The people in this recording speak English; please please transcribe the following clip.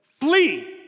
Flee